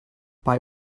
bei